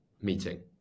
meeting